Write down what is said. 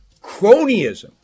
cronyism